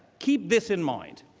keep this in mind.